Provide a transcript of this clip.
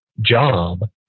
job